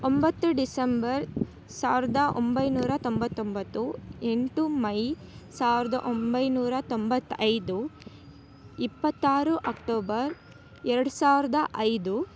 ಒಂಬತ್ತು ಡಿಸಂಬರ್ ಸಾವಿರದ ಒಂಬೈನೂರ ತೊಂಬತ್ತೊಂಬತ್ತು ಎಂಟು ಮೈ ಸಾವಿರದ ಒಂಬೈನೂರ ತೊಂಬತ್ತ ಐದು ಇಪ್ಪತ್ತಾರು ಅಕ್ಟೋಬರ್ ಎರಡು ಸಾವಿರದ ಐದು